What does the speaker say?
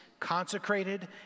consecrated